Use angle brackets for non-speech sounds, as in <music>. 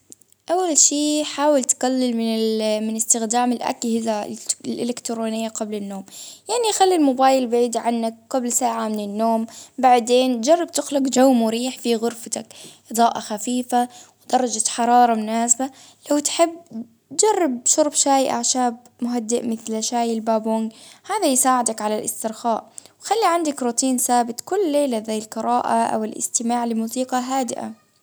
أول شي حاول تقلل من <hesitation> من أستخدام الأجهزة الإلكترونية قبل النوم، يعني خلي الموبايل بعيد عنك قبل ساعة من النوم، بعدين جرب تخلق جو مريح في غرفتك، إضاءة خفيفة، درجة حرارة مناسبة، لو تحب جرب شرب شاي أعشاب مهدئ مثلك شاي البابونج، هذا يساعدك على الإسترخاء، خلي عندك روتين ثابت كل ليلة، زي القراءة أو الإستماع لموسيقى هادئة.